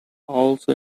also